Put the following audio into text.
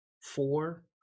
four